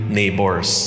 neighbors